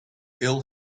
ill